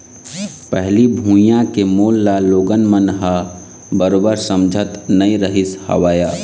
पहिली भुइयां के मोल ल लोगन मन ह बरोबर समझत नइ रहिस हवय